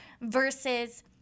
versus